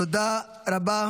תודה רבה.